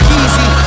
easy